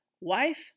wife